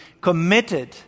committed